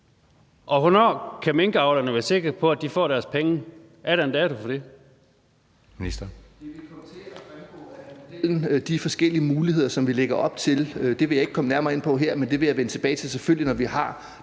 Hvornår kan minkavlerne være sikre på at de får deres penge? Er der en dato for det?